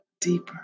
deeper